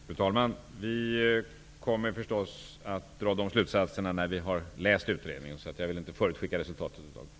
Fru talman! Slutsatserna kommer vi förstås att dra när vi har läst utredningen. Jag vill därför inte förutskicka något resultat i dag.